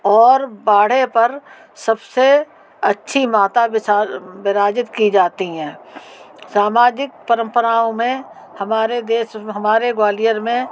और बाढ़े पर सब से अच्छी माता विराजित की जाती है सामाजिक परंपराओं में हमारे देश हमारे ग्वालियर में